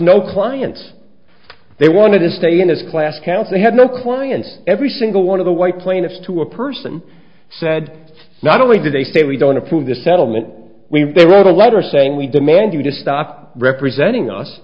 no clients they wanted to stay in his class counts they had no clients every single one of the white plaintiffs to a person said not only did they say we don't approve this settlement we wrote a letter saying we demand you to stop representing us